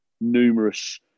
numerous